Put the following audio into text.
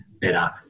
better